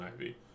ivy